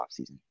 offseason